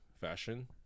fashion